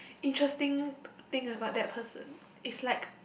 interesting thing about that person it's like